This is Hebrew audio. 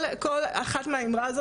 כל אחת מהאמרות האלה,